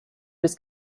was